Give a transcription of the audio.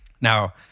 Now